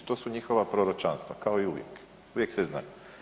To su njihova proročanstva kao i uvijek, uvijek se zna.